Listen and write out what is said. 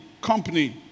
Company